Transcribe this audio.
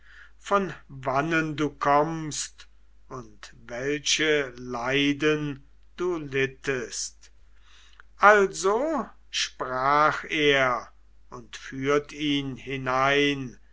von wannen du kommst und welche leiden du littest also sprach er und führt ihn hinein